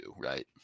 right